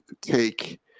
take